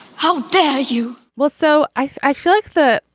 how dare you well so i feel like that.